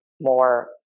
more